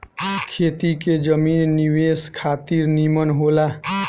खेती के जमीन निवेश खातिर निमन होला